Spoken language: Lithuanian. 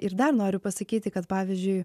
ir dar noriu pasakyti kad pavyzdžiui